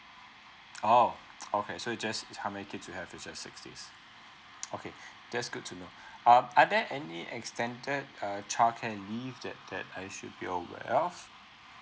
oh okay it just how many kids you have it just six days okay that's good to know uh are there any extended uh child care leave that that I should be aware of